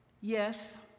Yes